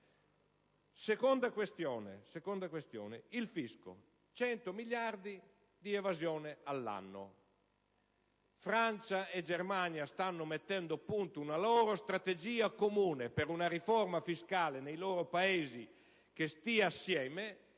Ricordo che sono 100 i miliardi di evasione all'anno. Francia e Germania stanno mettendo a punto una loro strategia comune per una riforma fiscale nei loro Paesi che sia uniforme